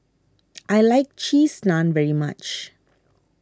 I like Cheese Naan very much